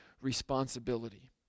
responsibility